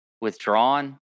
withdrawn